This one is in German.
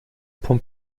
pump